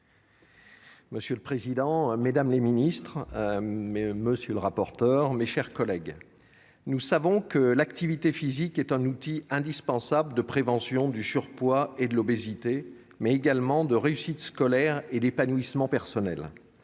Monsieur le ministre, madame la ministre, mesdames les secrétaires d'État, mes chers collègues, nous savons que l'activité physique est un outil indispensable de prévention du surpoids et de l'obésité, mais également de réussite scolaire et d'épanouissement personnel.